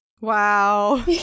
Wow